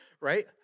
right